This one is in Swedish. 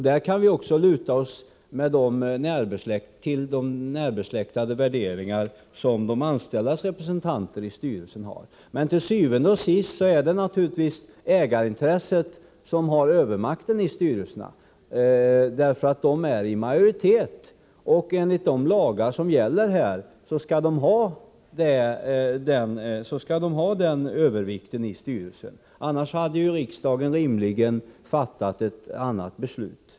Där kan vi också luta oss mot de närbesläktade värderingar som de anställdas representanter i styrelsen har. Men til syvende og sidst är det naturligtvis ägarintresset som har övermakten i styrelserna, eftersom dess företrädare är i majoritet. Och enligt de lagar som gäller skall de ha den övervikten i styrelsen; annars hade riksdagen rimligen fattat ett annat beslut.